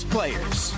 players